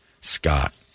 Scott